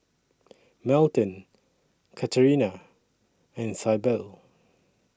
Melton Katharina and Syble